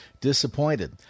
disappointed